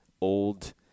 old